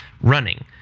running